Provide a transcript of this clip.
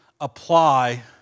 apply